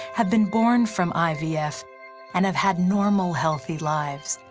have been born from ivf and have had normal, healthy lives.